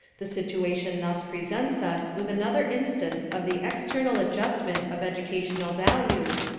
the situation thus presents us with another instance of the external adjustment of educational values,